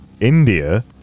India